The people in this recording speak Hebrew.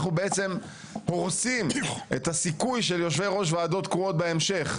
אנחנו בעצם הורסים את הסיכוי של יושבי ראש ועדות קרואות בהמשך.